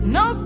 no